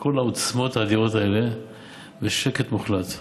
כל העוצמות האדירות האלה בשקט מוחלט.